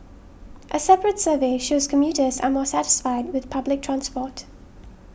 a separate survey shows commuters are more satisfied with public transport